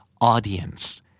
Audience